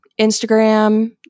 Instagram